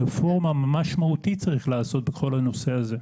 צריך לעשות רפורמה ממש מהותית בכל הנושא הזה.